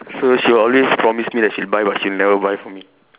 so she will always promise me that she'll buy but she'll never buy for me